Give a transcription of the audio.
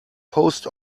post